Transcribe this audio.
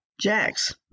Jax